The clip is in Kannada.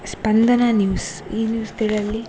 ಸ್ಪಂದನ ನ್ಯೂಸ್ ಈ ನ್ಯೂಸುಗಳಲ್ಲಿ